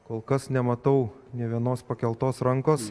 kol kas nematau nė vienos pakeltos rankos